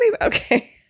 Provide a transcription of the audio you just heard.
Okay